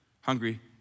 Hungry